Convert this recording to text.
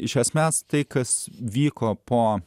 iš esmės tai kas vyko po